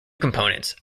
components